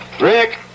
Rick